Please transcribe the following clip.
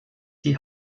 die